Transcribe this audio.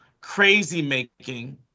crazy-making